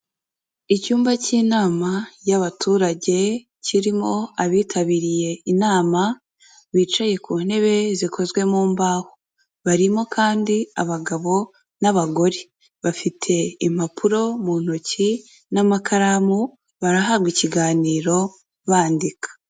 Icyumba cy'inama y'abaturage kirimo abitabiriye inama bicaye ku ntebe zikozwe mu mbaho, barimo kandi abagabo n'abagore, bafite impapuro mu ntoki n'amakaramu, barahabwa ikiganiro bandika.